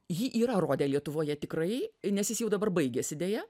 jį yra rodę lietuvoje tikrai nes jis jau dabar baigėsi deja